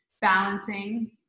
balancing